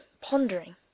pondering